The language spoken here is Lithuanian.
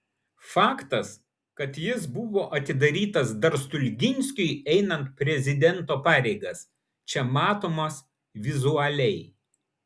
faktas kad jis buvo atidarytas dar stulginskiui einant prezidento pareigas čia matomas vizualiai